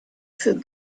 für